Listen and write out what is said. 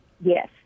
Yes